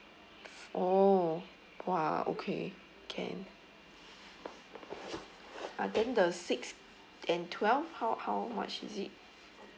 oh !wah! okay can uh then the six and twelve how how much is it